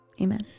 amen